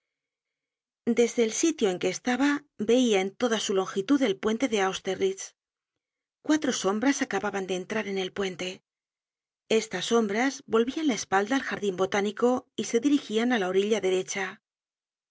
desde el sitio en que estaba veia en toda su longitud el puente de austerlitz cuatro sombras acababan de entrar en el puente estas sombras volvian la espalda al jardin botánico y se dirigian á la orilla derecha